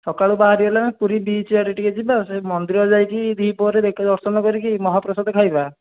ସକାଳୁ ବାହାରି ଗଲେ ଆମେ ପୁରୀ ବିଚ୍ ଆଡ଼େ ଟିକେ ଯିବା ସେ ମନ୍ଦିର ଯାଇକି ଦ୍ଵିପହରେ ଦେଖି ଦର୍ଶନ କରିକି ମହାପ୍ରସାଦ ଖାଇବା